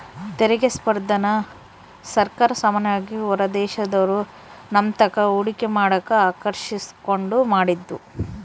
ತೆರಿಗೆ ಸ್ಪರ್ಧೆನ ಸರ್ಕಾರ ಸಾಮಾನ್ಯವಾಗಿ ಹೊರದೇಶದೋರು ನಮ್ತಾಕ ಹೂಡಿಕೆ ಮಾಡಕ ಆಕರ್ಷಿಸೋದ್ಕ ಮಾಡಿದ್ದು